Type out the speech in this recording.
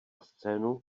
scénu